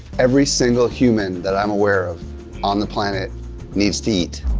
every single human that i'm aware of on the planet needs to eat.